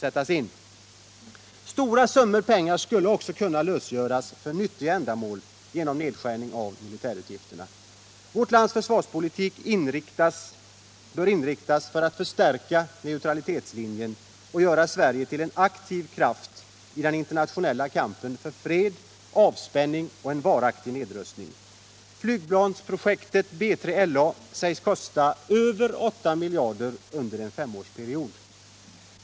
Stora summor skulle också kunna lösgöras för nyttiga ändamål genom nedskärning av militärutgifterna. Vårt lands försvarspolitik bör inriktas på att förstärka neutralitetslinjen och göra Sverige till en aktiv kraft i den internationella kampen för fred, avspänning och varaktig nedrustning. Flygplansprojektet B3LA sägs kosta över 8 miljarder under en femårsperiod.